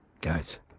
Guys